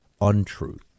untruth